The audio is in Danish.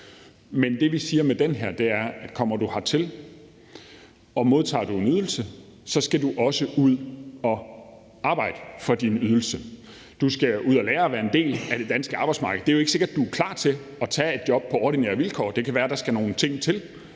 Det, vi siger, er, at hvis man kommer hertil og modtager en ydelse, skal du også ud og arbejde for din ydelse; du skal ud og lære at være en del af det danske arbejdsmarked. Det er jo ikke sikkert, du er klar til at tage et job på ordinære vilkår. Det kan være, der skal nogle ting til.